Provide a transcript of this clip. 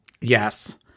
Yes